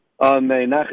Amen